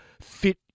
fit